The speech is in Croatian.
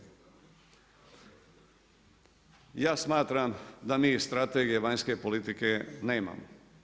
Ja smatram da mi strategije vanjske politike nemamo.